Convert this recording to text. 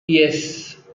yes